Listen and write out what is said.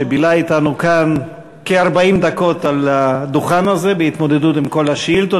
שבילה אתנו כאן כ-40 דקות על הדוכן הזה בהתמודדות עם כל השאילתות,